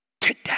Today